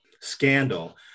scandal